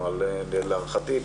להערכתי,